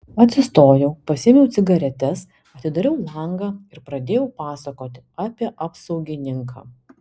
atsistojau pasiėmiau cigaretes atidariau langą ir pradėjau pasakoti apie apsaugininką